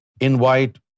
invite